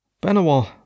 Benoit